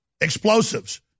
explosives